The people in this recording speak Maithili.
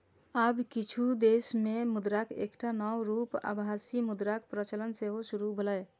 आब किछु देश मे मुद्राक एकटा नव रूप आभासी मुद्राक प्रचलन सेहो शुरू भेलैए